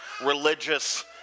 religious